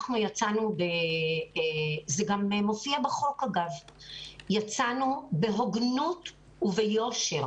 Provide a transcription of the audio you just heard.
זה גם מופיע בחוק יצאנו בהוגנות וביושר